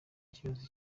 kibazo